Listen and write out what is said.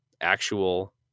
actual